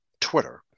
Twitter